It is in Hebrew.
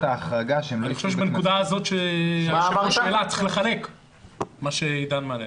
אני חושב שצריך להבדיל ביניהם.